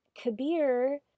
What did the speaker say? Kabir